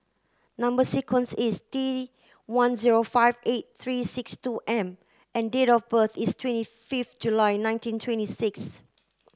number sequence is T one zero five eight three six two M and date of birth is twenty fifth July nineteen twenty six